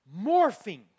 morphing